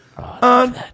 On